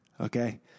okay